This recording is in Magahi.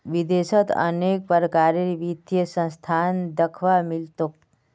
विदेशत अनेक प्रकारेर वित्तीय संस्थान दख्वा मिल तोक